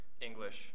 English